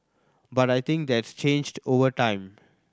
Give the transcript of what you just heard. but I think that's changed over time